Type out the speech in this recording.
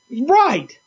Right